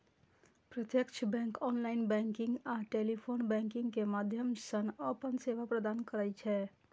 प्रत्यक्ष bank online banking आ telephone banking के माध्यम सं अपन सेवा प्रदान करै छै